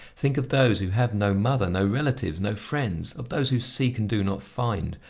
think of those who have no mother, no relatives, no friends of those who seek and do not find,